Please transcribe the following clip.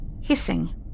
Hissing